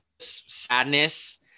sadness